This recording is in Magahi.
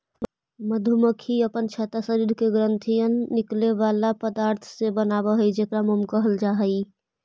मधुमक्खी अपन छत्ता शरीर के ग्रंथियन से निकले बला पदार्थ से बनाब हई जेकरा मोम कहल जा हई